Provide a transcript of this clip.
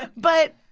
but but,